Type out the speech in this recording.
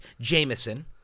Jameson